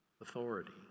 authority